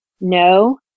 no